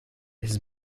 his